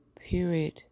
period